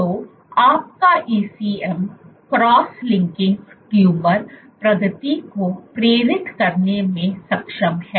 तो आपका ECM cross linking tumour प्रगति को प्रेरित करने में सक्षम है